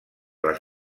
les